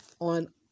on